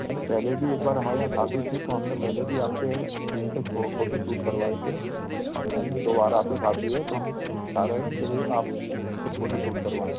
मैंने पहले भी एक बार हमारे यहाँ शादी थी तो हम ने पहले भी आपके यहीं से फोटोशूट करवाई थी हमारे यहाँ दोबारा से शादी है तो हम चाह रहें हैं कि भाई आप से फ़ोटोशूट करवाएँ